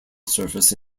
surface